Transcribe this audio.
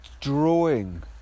drawing